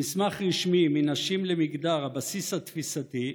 במסמך רשמי "מנשים למגדר, הבסיס התפיסתי",